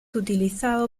utilizado